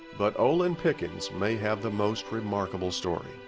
but olin pickens may have the most remarkable story.